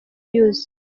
yuzuye